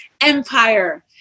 Empire